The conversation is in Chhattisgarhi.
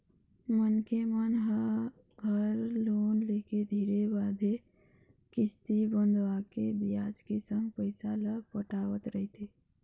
मनखे मन ह घर लोन लेके धीरे बांधे किस्ती बंधवाके बियाज के संग पइसा ल पटावत रहिथे